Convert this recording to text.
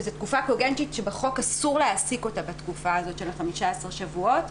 שזו תקופה שבחוק אסור להעסיק אותה בתקופה הזאת של ה-15 שבועות.